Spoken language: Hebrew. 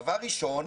דבר ראשון,